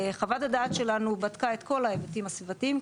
חוות הדעת שלנו בדקה את כל ההיבטים הסביבתיים,